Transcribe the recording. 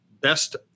best